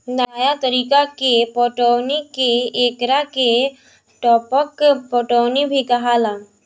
नया तरीका के पटौनी के एकरा के टपक पटौनी भी कहाला